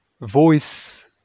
voice